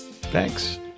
Thanks